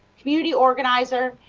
community organizer,